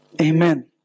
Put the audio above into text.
Amen